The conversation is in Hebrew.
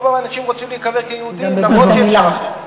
רוב האנשים רוצים להיקבר כיהודים למרות שאפשר אחרת.